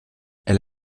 elle